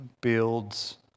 builds